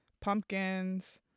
pumpkins